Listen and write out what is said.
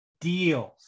deals